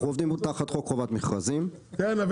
אנחנו עובדים תחת חוק חובת מכרזים ונפרסם